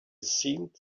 seemed